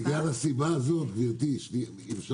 תגידי שלא הבנת את השאלה, שייראה יפה.